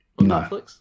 No